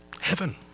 Heaven